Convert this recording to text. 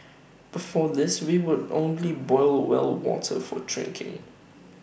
before this we would only boil well water for drinking